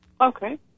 Okay